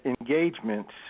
engagements